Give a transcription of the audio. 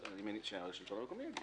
שהשלטון המקומי יגיד.